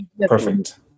Perfect